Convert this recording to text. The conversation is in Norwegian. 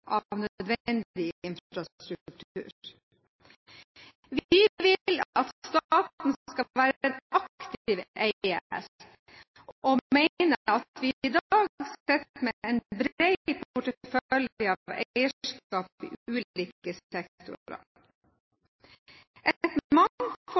av nødvendig infrastruktur. Vi vil at staten skal være en aktiv eier, og mener at vi i dag sitter med en bred portefølje av eierskap i ulike